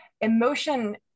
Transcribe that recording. emotion